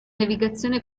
navigazione